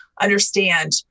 understand